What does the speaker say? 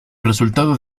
resultados